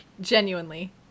Genuinely